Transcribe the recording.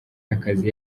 y’akazi